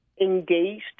engaged